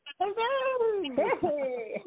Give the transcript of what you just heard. Hello